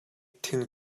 thing